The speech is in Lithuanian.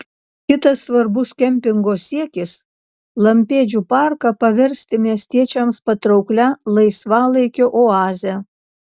kitas svarbus kempingo siekis lampėdžių parką paversti miestiečiams patrauklia laisvalaikio oaze